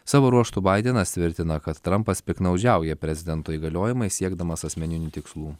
savo ruožtu baidenas tvirtina kad trampas piktnaudžiauja prezidento įgaliojimais siekdamas asmeninių tikslų